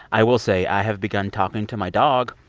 i will say i have begun talking to my dog.